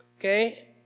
okay